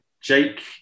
Jake